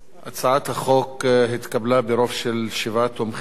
הצעת החוק התקבלה ברוב של שבעה תומכים,